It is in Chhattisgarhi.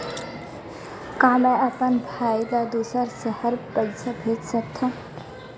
का मैं अपन भाई ल दुसर शहर पईसा भेज सकथव?